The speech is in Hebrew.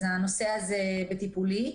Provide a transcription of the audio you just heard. והנושא הזה בטיפולי.